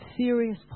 serious